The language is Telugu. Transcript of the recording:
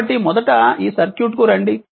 కాబట్టి మొదట ఈ సర్క్యూట్కు రండి